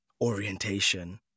orientation